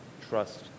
Trust